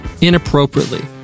inappropriately